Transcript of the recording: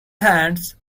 hands